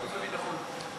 חוץ וביטחון.